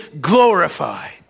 glorified